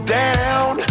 down